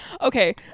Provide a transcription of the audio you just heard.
Okay